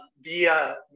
via